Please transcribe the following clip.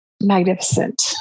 magnificent